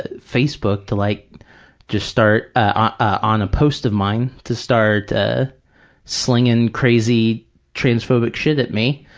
ah facebook to like just start, on a post of mine, to start ah slinging crazy transphobic shit at me,